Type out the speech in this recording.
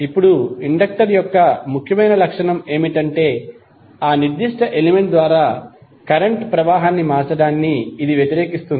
ఇప్పుడు ఈ ఇండక్టర్ యొక్క ముఖ్యమైన లక్షణం ఏమిటంటే ఆ నిర్దిష్ట ఎలిమెంట్ ద్వారా కరెంట్ ప్రవాహాన్ని మార్చడాన్ని ఇది వ్యతిరేకిస్తుంది